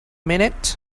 minute